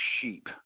sheep